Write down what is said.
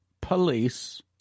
police